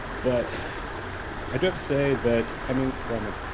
but i do have to say that coming from